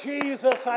Jesus